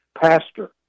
pastor